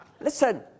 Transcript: listen